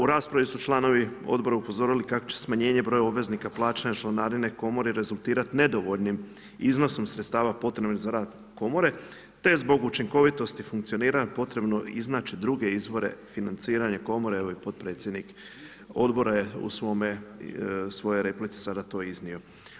U raspravi su članovi Odbora upozorili kako će smanjenje broja obveznika plaćanja članarine Komori rezultirati nedovoljnim iznosom sredstava potrebnih za rad Komore, te zbog učinkovitosti funkcioniranja potrebno iznaći druge izvore financiranja Komore, evo i potpredsjednik Odbora je u svojoj replici sada to i iznio.